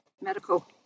medical